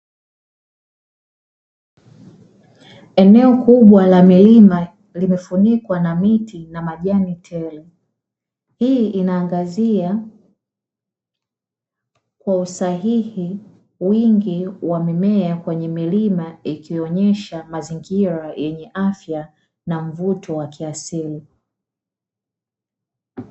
Eneo kubwa la milima limefunikwa na miti na majani tele, hii inaangazia kwa usahihi wingi wa mimea kwenye milima ikionesha mazingira yenye afya, na mvuto wa kiasili.